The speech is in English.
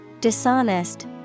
Dishonest